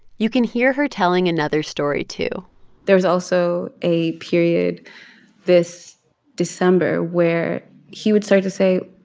you can hear her telling another story, too there was also a period this december where he would start to say,